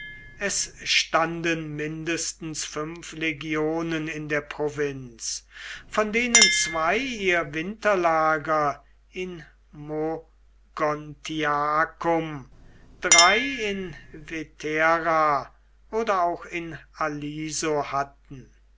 es standen mindestens fünf legionen in der provinz von denen zwei ihr winterlager in mogontiacum drei in vetera oder auch in aliso hatten